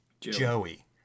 Joey